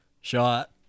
shot